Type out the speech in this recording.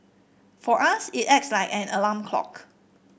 for us it acts like an alarm clock